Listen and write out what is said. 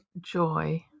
Joy